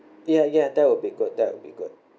ya ya that will be good that will be good